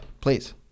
please